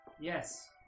Yes